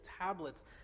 tablets